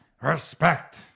Respect